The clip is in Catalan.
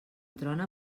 trona